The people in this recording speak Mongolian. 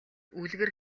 үлгэр